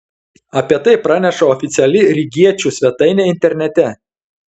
apie tai praneša oficiali rygiečių svetainė internete